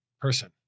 person